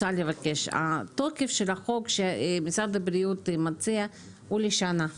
התוקף של החוק שמשרד הבריאות מציע הוא לשנה.